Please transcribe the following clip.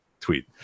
tweet